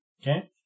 Okay